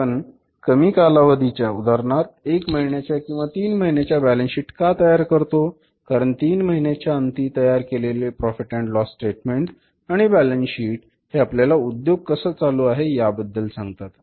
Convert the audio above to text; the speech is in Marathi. आपण कमी कालावधीच्या उदाहरणार्थ एक महिन्याच्या किंवा तीन महिन्याच्या बॅलन्स शीट का तयार करतो कारण तीन महिन्याच्या अंती तयार केलेले प्रॉफिट अँड लॉस स्टेटमेंट आणि बॅलन्स शीट हे आपल्या उद्योग कसा चालू आहे याबद्दल सांगतात